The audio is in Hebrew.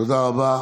תודה רבה